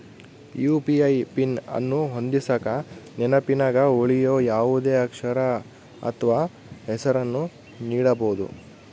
UPI PIN ಅನ್ನು ಹೊಂದಿಸಕ ನೆನಪಿನಗ ಉಳಿಯೋ ಯಾವುದೇ ಅಕ್ಷರ ಅಥ್ವ ಹೆಸರನ್ನ ನೀಡಬೋದು